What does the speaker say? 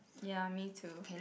ya me too